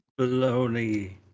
Baloney